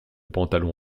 pantalon